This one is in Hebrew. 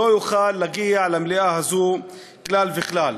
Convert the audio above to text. לא יוכל להגיע למליאה הזאת כלל וכלל.